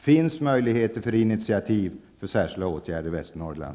Finns det möjligheter för initiativ till särskilda åtgärder i Västernorrland?